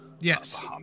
Yes